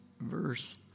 verse